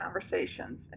conversations